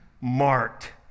marked